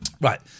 Right